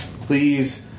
please